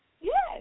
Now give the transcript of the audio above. Yes